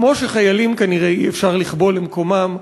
כמו שחיילים כנראה אי-אפשר לכבול למקומם,